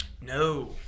No